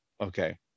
okay